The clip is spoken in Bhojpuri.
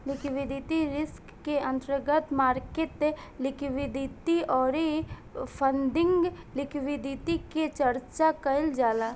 लिक्विडिटी रिस्क के अंतर्गत मार्केट लिक्विडिटी अउरी फंडिंग लिक्विडिटी के चर्चा कईल जाला